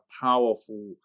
powerful